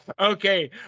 Okay